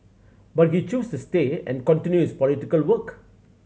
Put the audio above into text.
but he chose to stay and continue his political work